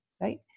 Right